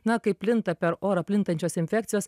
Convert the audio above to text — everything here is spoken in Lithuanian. na kai plinta per orą plintančios infekcijos